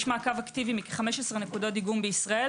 יש מעקב אקטיבי מכ-15 נקודות דיגום בישראל